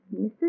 Mrs